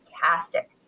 fantastic